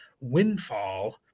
windfall